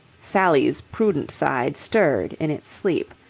sally's prudent side stirred in its sleep.